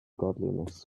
godliness